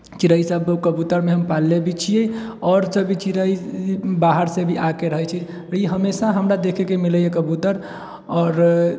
चिड़ै सब कबूतर सब हम पालले भी छी आओर सब भी चिड़ै बाहर से भी आके रहै छै ई हमेशा हमरा देखेके मिलैया कबूतर आओर